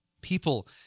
people